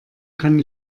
kann